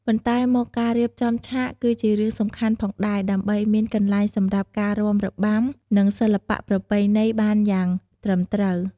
បន្ទាប់មកការៀបចំឆាតក៏ជារឿងសំខាន់ផងដែរ ដើម្បីមានកន្លែងសម្រាប់ការរាំរបាំ និងសិល្បៈប្រពៃណីបានយ៉ាងត្រឹមត្រូវ។